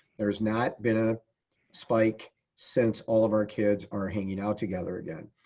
there's not been a spike since all of our kids are hanging out together again,